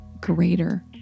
greater